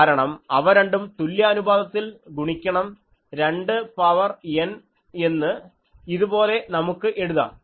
കാരണം അവ രണ്ടും തുല്യാനുപാതത്തിൽ ഗുണിക്കണം 2 പവർ N എന്ന് ഇതുപോലെ നമുക്ക് എഴുതാം